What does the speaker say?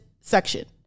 section